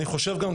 אני חושב גם,